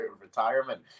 retirement